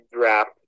draft